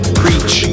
preach